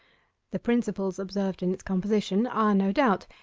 the principles observed in its composition are, no doubt,